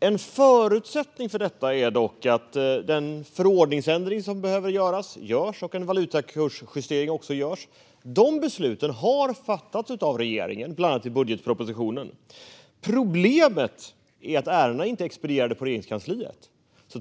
En förutsättning för detta är dock att den förordningsändring som behövs görs och att också en valutakursjustering görs. Dessa beslut har fattats av regeringen, bland annat i budgetpropositionen. Problemet är att ärendena inte är expedierade på Regeringskansliet.